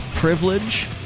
privilege